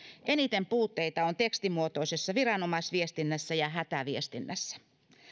eniten puutteita on tekstimuotoisessa viranomaisviestinnässä ja hätäviestinnässä